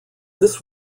this